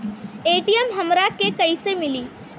ATM हमरा के कइसे मिली?